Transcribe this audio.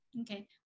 Okay